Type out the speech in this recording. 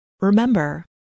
remember